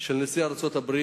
של נשיא ארצות-הברית,